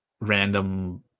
random